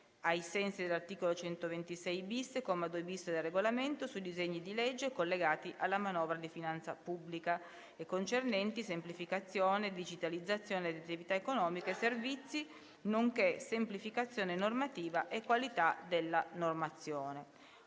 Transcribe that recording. ai sensi dell'articolo 126-*bis*, comma 2-*bis* del Regolamento, sui disegni di legge collegati alla manovra di finanza pubblica e concernenti semplificazione e digitalizzazione di attività economiche e servizi, nonché semplificazione normativa e qualità della normazione.